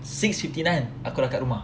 six fifty nine I aku dah kat rumah